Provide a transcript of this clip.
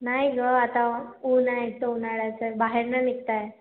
नाही गं आता ऊन आहे इतकं उन्ह्याळ्याचं बाहेर नाही निघता येत